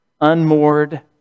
unmoored